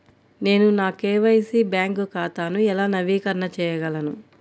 నేను నా KYC bank ఖాతాను ఎలా నవీకరణ చేయగలను?